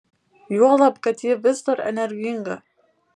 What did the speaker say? juolab kad ji vis dar energinga